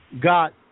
got